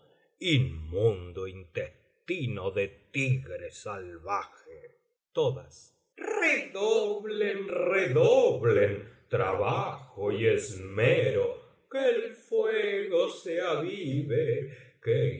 formó inmundo intestino de tigre salvaje redoblen redoblen trabajo y esmero que el fuego se